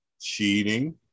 cheating